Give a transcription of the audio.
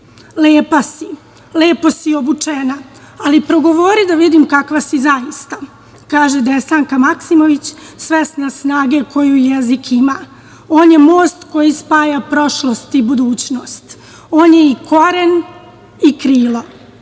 si, lepo si obučena, ali progovori da vidim kakva si zaista!“, kaže Desanka Maksimović, svesna snage koju jezik ima. On je most koji spaja prošlost i budućnost, on je i koren i krilo. Nije